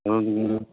হলুদ গুঁড়ো